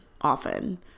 often